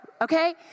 Okay